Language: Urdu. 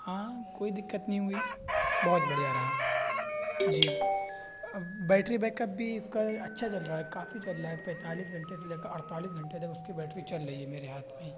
ہاں کوئی دقت نہیں ہوئی بہت بڑھیا رہا جی بیٹری بیک اپ بھی اس کا اچھا چل رہا ہے کافی چل رہا ہے پینتالیس گھنٹے سے لے کر اڑتالیس گھنٹے تک اس کی بیٹری چل رہی ہے میرے ہاتھ میں ہی